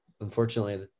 unfortunately